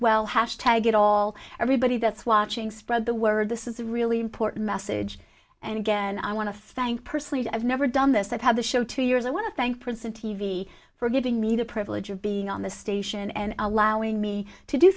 hash tag it all everybody that's watching spread the word this is a really important message and again i want to thank personally i've never done this that have the show two years i want to thank princeton t v for giving me the privilege of being on the station and allowing me to do